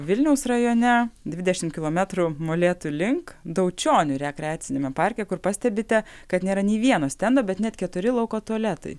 vilniaus rajone dvidešimt kilometrų molėtų link daučionių rekreaciniame parke kur pastebite kad nėra nei vieno stendo bet net keturi lauko tualetai